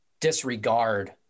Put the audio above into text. disregard